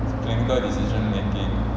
clinical decision making